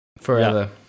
forever